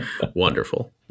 Wonderful